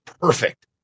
perfect